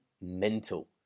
mental